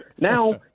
Now